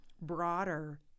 broader